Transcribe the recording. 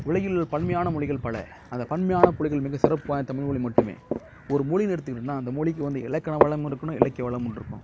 உலகிலுள்ள பன்மையானா மொழிகள் பல அந்த பன்மையான மிக சிறப்பு வாய்ந்த தமிழ் மொழி மட்டும் ஒரு மொழின்னு எடுத்துகிட்டிங்கனா அந்த மொழிக்கு வந்து இலக்கண வளம் இருக்கணும் இலக்கிய வளம் ஒன்று இருக்கணும்